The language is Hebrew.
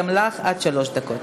גם לך עד שלוש דקות.